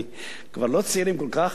וכבר לא צעירים כל כך,